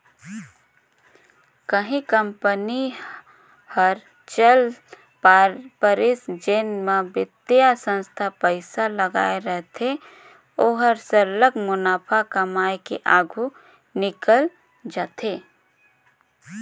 कहीं कंपनी हर चइल परिस जेन म बित्तीय संस्था पइसा लगाए रहथे ओहर सरलग मुनाफा कमाए के आघु निकेल जाथे